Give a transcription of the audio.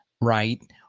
right